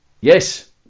Yes